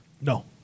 No